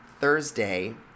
Thursday